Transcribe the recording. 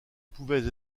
pouvait